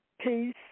peace